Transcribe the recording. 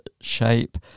shape